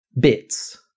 bits